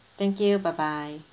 thank you bye bye